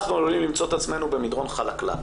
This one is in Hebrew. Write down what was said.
אנחנו עלולים למצוא את עצמנו במדרון חלקלק.